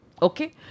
okay